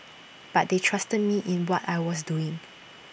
but they trusted me in what I was doing